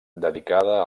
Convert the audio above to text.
dedicada